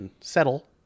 settle